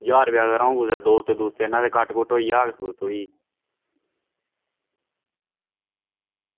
ज्हार रपेआ करो ते कुदै दोस्तें दुस्तें कन्नै घट्ट कुट्ट होई जाह्ग